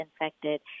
infected